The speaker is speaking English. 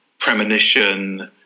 premonition